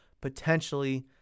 potentially